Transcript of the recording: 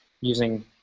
using